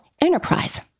enterprise